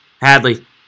Hadley